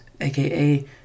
AKA